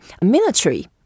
military